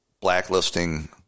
Blacklisting